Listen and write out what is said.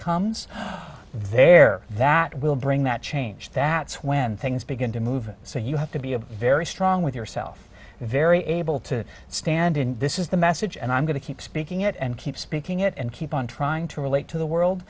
comes there that will bring that change that's when things begin to move so you have to be a very strong with yourself very able to stand in this is the message and i'm going to keep speaking it and keep speaking it and keep on trying to relate to the world